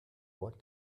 what